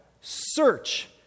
search